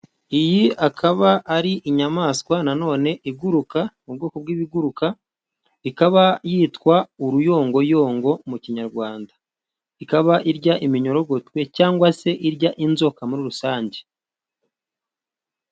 Iyi akaba ari inyamaswa nanone iguruka mu bwoko bw'ibiguruka, ikaba yitwa uruyongoyongo mu Kinyarwanda, ikaba irya iminyorogoto cyangwa se irya inzoka muri rusange.